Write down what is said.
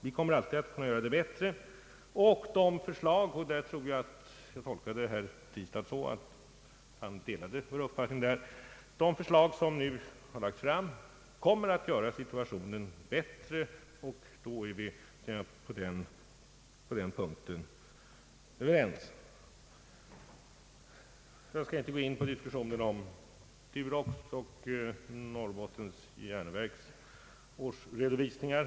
Vi kommer alltid att kunna göra förhållandena bättre, och de förslag som nu har lagts fram — där tolkade jag herr Tistad så ait han delade vår uppfattning — kommer att göra situationen bättre. Då är vi överens på den punkten. Jag skall inte gå in på diskussionen om Durox” och Norrbottens Järnverks årsredovisningar.